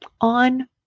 on